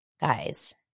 guys